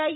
આઈ